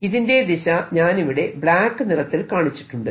ഇതിന്റെ ദിശ ഞാനിവിടെ ബ്ലാക്ക് നിറത്തിൽ കാണിച്ചിട്ടുണ്ട്